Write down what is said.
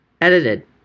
edited